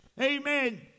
Amen